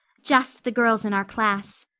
just the girls in our class.